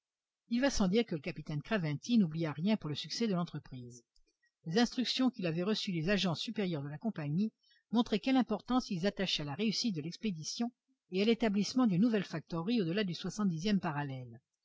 il va sans dire que le capitaine craventy n'oublia rien pour le succès de l'entreprise les instructions qu'il avait reçues des agents supérieurs de la compagnie montraient quelle importance ils attachaient à la réussite de l'expédition et à l'établissement d'une nouvelle factorerie au-delà du soixante dixième parallèle